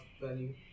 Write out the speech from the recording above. value